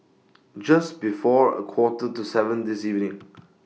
Just before A Quarter to seven This evening